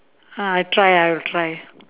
ah I try I will try